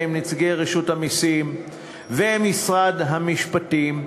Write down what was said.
עם נציגי רשות המסים ומשרד המשפטים,